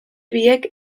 biek